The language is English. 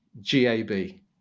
G-A-B